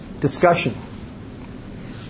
Discussion